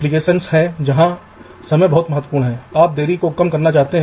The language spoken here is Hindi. इसलिए मैं 3 मानक सेल पंक्तियों को दिखा रहा हूं